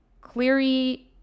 Cleary